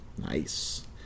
Nice